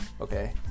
Okay